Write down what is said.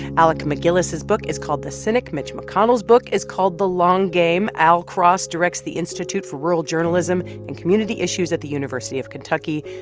alec macgillis's book is called the cynic. mitch mcconnell's book is called the long game. al cross directs the institute for rural journalism and community issues at the university of kentucky.